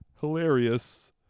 Hilarious